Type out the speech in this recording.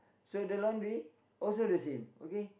so the laundry also the same